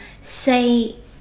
say